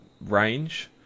range